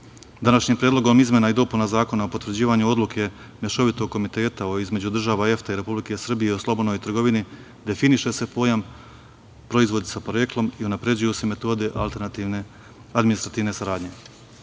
Današnjim predlogom izmena i dopuna Zakona o potvrđivanju odluke mešovitog komiteta između država EFTA i Republike Srbije o slobodnoj trgovini, definiše se pojam - proizvodi sa poreklom i unapređuju se metode alternativne administrativne saradnje. Svi